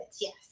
Yes